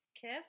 Kiss